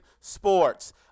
Sports